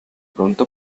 pronto